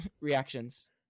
reactions